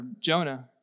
Jonah